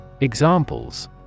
Examples